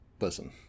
Listen